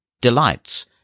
delights